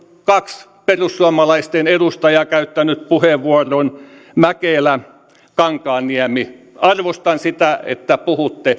kaksi perussuomalaisten edustajaa käyttänyt puheenvuoron mäkelä ja kankaanniemi arvostan sitä että puhutte